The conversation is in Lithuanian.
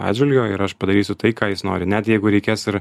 atžvilgiu ir aš padarysiu tai ką jis nori net jeigu reikės ir